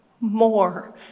more